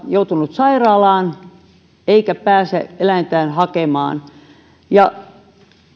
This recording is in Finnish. joutunut vaikka sairaalaan eikä pääse eläintään hakemaan ja